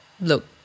look